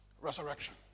resurrection